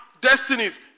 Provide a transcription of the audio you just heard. destinies